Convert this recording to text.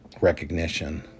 recognition